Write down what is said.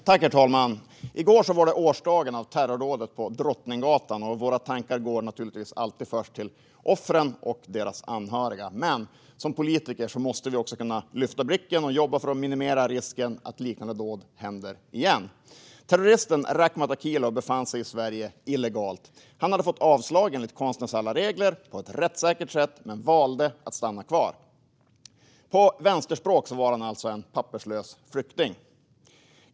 Herr talman! I går var det årsdagen av terrordådet på Drottninggatan. Våra tankar går naturligtvis alltid först till offren och deras anhöriga, men som politiker måste vi också kunna lyfta blicken och jobba för att minimera risken att liknande dåd händer igen. Terroristen Rakhmat Akilov befann sig i Sverige illegalt. Han hade fått avslag enligt konstens alla regler och på ett rättssäkert sätt men valde att stanna kvar. På vänsterspråk var han alltså en papperslös flykting.